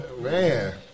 Man